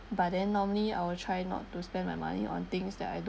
but then normally I will try not to spend my money on things that I don't